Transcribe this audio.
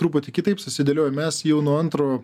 truputį kitaip susidėliojo mes jau nuo antro